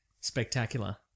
spectacular